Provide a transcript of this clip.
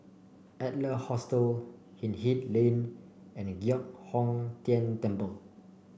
Adler Hostel Hindhede Lane and Giok Hong Tian Temple